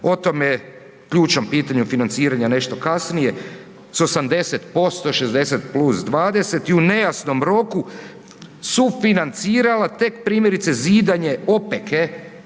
o tome ključnom pitanju financiranja nešto kasnije, s 80%, 60+20 i u nejasnom roku sufinancirala tek primjerice zidanje opeke